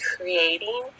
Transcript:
creating